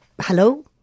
Hello